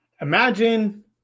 imagine